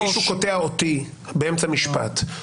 גם כשמישהו קוטע אותי באמצע משפט.